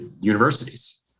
universities